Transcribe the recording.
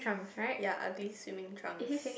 ya ugly swimming trunks